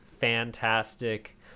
fantastic